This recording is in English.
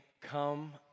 come